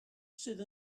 sydd